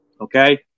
Okay